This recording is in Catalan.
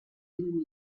llum